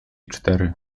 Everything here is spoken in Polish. cztery